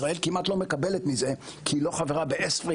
ישראל כמעט לא מקבלת מזה כי היא לא חברה ב-ESFRI,